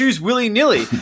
willy-nilly